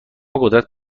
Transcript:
قدرت